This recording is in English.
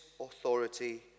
authority